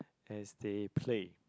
as they play